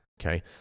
okay